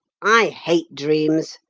i hate dreams.